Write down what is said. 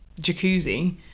jacuzzi